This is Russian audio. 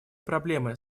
проблемы